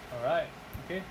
alright okay